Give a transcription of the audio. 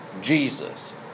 Jesus